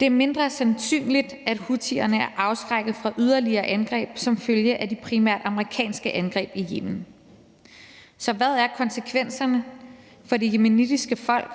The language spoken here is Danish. »Det er mindre sandsynligt, at houthierne er afskrækket fra yderligere angreb som følge af de primært amerikanske angreb i Yemen.« Så hvad er konsekvenserne for det yemenitiske folk